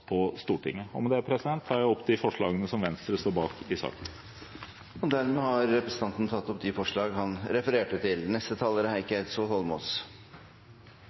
på Stortinget. Med det tar jeg opp forslagene Venstre står bak i saken. Representanten Ola Elvestuen har tatt opp de forslagene han refererte til. Hvis du er